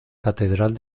catedral